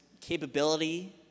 capability